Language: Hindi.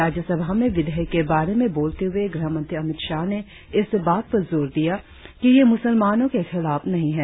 राज्य सभा में विधेयक के बारे में बोलते हुए गृहमंत्री अमित शाह ने इस बात पर जोर दिया कि यह मुसलमानों के खिलाफ नहीं है